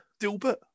Dilbert